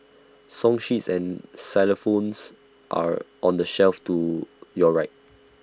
song sheets and xylophones are on the shelf to your right